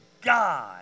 God